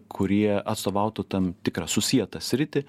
kurie atstovautų tam tikrą susietą sritį